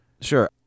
Sure